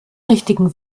richtigen